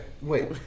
Wait